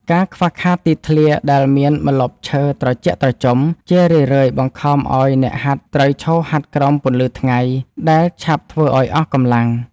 ការខ្វះខាតទីធ្លាដែលមានម្លប់ឈើត្រជាក់ត្រជុំ ជារឿយៗបង្ខំឱ្យអ្នកហាត់ត្រូវឈរហាត់ក្រោមពន្លឺថ្ងៃដែលឆាប់ធ្វើឱ្យអស់កម្លាំង។